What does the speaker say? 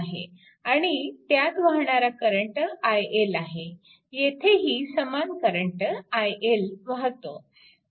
आणि त्यात वाहणारा करंट iL आहे येथेही समान करंट iL वाहतो